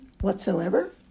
whatsoever